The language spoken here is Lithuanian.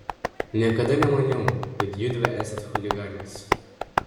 niekada nemaniau kad judvi esat chuliganės